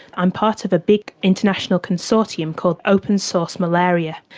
i'm part of a big international consortium called open source malaria,